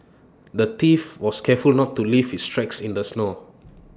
the thief was careful not to leave his tracks in the snow